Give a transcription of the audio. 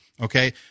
Okay